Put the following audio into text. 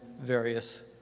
various